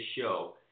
show